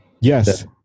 Yes